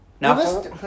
Now